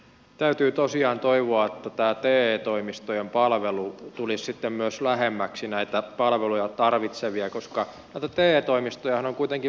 täytyy tosiaan toivoa että tämä te toimistojen palvelu tulisi sitten myös lähemmäksi näitä palveluja tarvitsevia koska näitä te toimistojahan on kuitenkin vähennetty